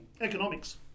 Economics